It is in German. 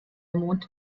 mond